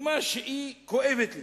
דוגמה שהיא כואבת לי,